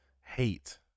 hate